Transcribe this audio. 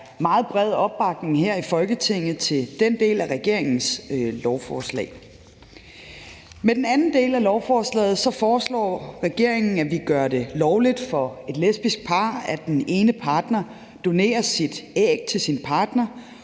der er meget bred opbakning her i Folketinget til den del af regeringens lovforslag. Med den anden del af lovforslaget foreslår regeringen, at vi gør det lovligt for et lesbisk par, at den ene partner donerer æg til sin partner,